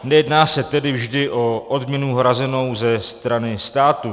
Nejedná se tedy vždy o odměnu hrazenou ze strany státu.